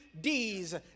D's